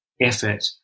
effort